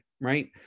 right